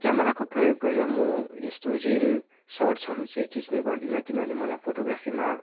क्यामेराको प्रयोग गरेर म यस्तो रिल सट्सहरू चाहिँ खिच्ने गर्दिनँ किनभने मलाई फोटोग्राफीमा